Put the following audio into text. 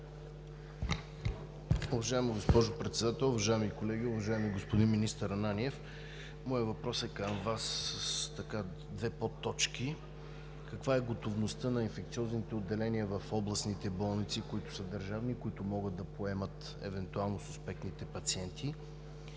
Уважаема госпожо Председател, уважаеми колеги! Уважаеми министър Ананиев, моят въпрос към Вас е с две подточки: каква е готовността на инфекциозните отделения в областните болници, които са държавни и които могат да поемат евентуално суспектните пациенти?